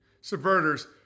subverters